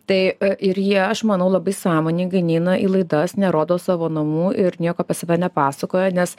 tai ir jie aš manau labai sąmoningai neina į laidas nerodo savo namų ir nieko apie save nepasakoja nes